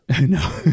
No